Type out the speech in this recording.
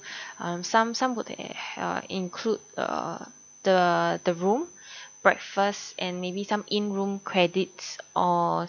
um some some would have uh include uh the the room breakfast and maybe some in room credits or